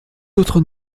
autres